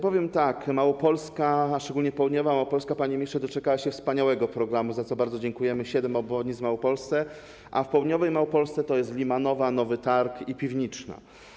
Powiem tak: Małopolska, a szczególnie południowa Małopolska, panie ministrze, doczekała się wspaniałego programu, za co bardzo dziękujemy - siedem obwodnic w Małopolsce, a w południowej Małopolsce to Limanowa, Nowy Targ i Piwniczna.